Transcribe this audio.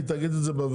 היא תגיד את זה בוועדה,